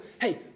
hey